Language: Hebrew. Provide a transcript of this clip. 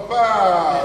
הופה,